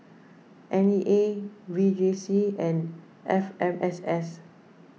N E A V J C and F M S S